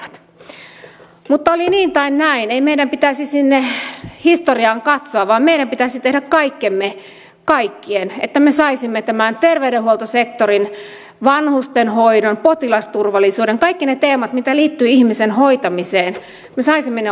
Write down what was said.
mutta oli niin tai näin ei meidän pitäisi sinne historiaan katsoa vaan meidän pitäisi tehdä kaikkemme kaikkien että me saisimme tämän terveydenhuoltosektorin vanhustenhoidon potilasturvallisuuden kaikki ne teemat mitä liittyy ihmisen hoitamiseen oikealle tolalle